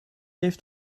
heeft